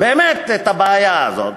את הבעיה הזאת,